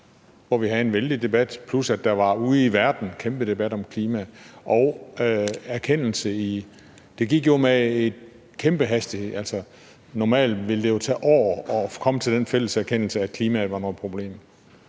hvor vi havde en vældig debat, plus at der ude i verden var en kæmpe debat om klima. Og der kom en erkendelse. Det gik jo med en kæmpe hastighed. Normalt ville det jo tage år at komme til den fælles erkendelse, at klimaet var et problem.